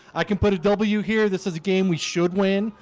i can put a w here. this is a game we should win.